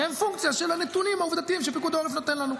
שהם פונקציה של הנתונים העובדתיים שפיקוד העורף נותן לנו.